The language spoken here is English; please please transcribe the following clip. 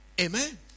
Amen